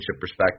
perspective